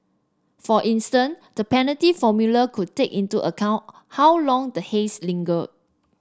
for instance the penalty formula could take into account how long the haze linger